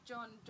John